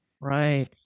right